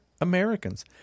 Americans